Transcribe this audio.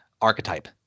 archetype